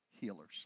healers